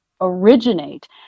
originate